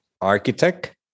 architect